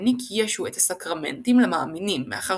העניק ישו את הסקרמנטים למאמינים מאחר